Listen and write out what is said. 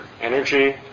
energy